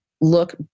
look